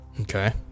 Okay